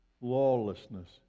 lawlessness